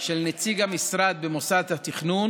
של נציג המשרד במוסד התכנון